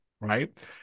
Right